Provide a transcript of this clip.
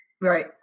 Right